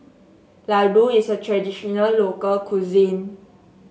ladoo is a traditional local cuisine